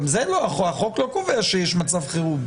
החוק לא קובע שיש מצב חירום,